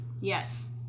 Yes